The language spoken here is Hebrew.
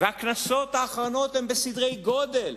והכנסות האחרונות הן בסדרי גודל,